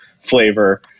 flavor